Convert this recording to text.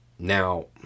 Now